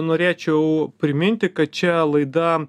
norėčiau priminti kad čia laida